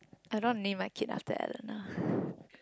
I don't wanna name my kid after Eleanor